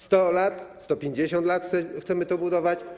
100 lat, 150 lat chcemy to budować?